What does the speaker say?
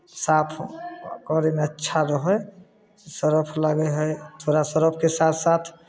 साफ करयमे अच्छा रहै सर्फ लागै हइ थोड़ा सर्फके साथ साथ